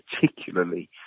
particularly